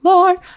Lord